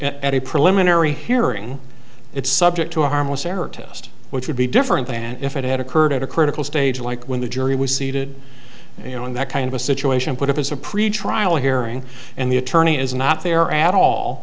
a preliminary hearing it's subject to a harmless error test which would be different than if it had occurred at a critical stage like when the jury was seated you know in that kind of a situation put if it's a pretrial hearing and the attorney is not there at all